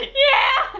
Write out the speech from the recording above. yeah!